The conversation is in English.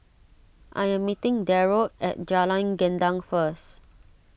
I am meeting Derald at Jalan Gendang first